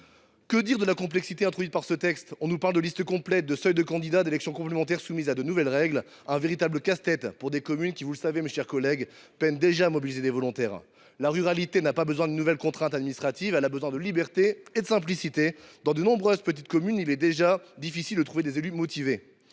Que dire de la complexité introduite par ce texte ? On nous parle de listes complètes, de seuils de candidats, d’élections complémentaires soumises à de nouvelles règles : c’est un véritable casse tête pour des communes qui, vous le savez, mes chers collègues, peinent déjà à mobiliser des volontaires. La ruralité n’a pas besoin d’une nouvelle contrainte administrative ; elle a besoin de liberté et de simplicité. Dans de nombreuses petites communes, il est déjà difficile de trouver des élus motivés.